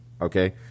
Okay